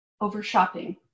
over-shopping